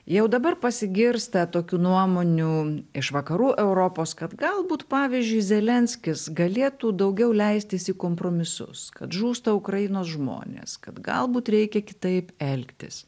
jau dabar pasigirsta tokių nuomonių iš vakarų europos kad galbūt pavyzdžiui zelenskis galėtų daugiau leistis į kompromisus kad žūsta ukrainos žmonės kad galbūt reikia kitaip elgtis